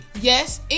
yes